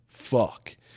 fuck